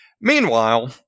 Meanwhile